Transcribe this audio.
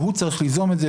הוא צריך ליזום את זה,